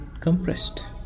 compressed